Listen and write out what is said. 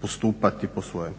postupati po svojem.